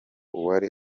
uwari